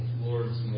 Lord's